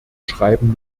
schreiben